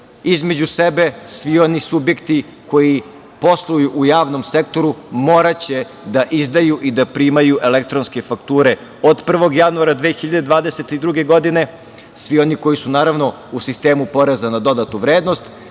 između sebe i oni subjekti koji posluju u javnom sektoru moraće da izdaju i da primaju elektronske fakture od 1. januara 2022. godine, svi oni koji su u sistemu PDV-u, a postepeno